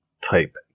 type